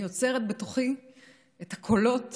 אני אוצרת בתוכי את הקולות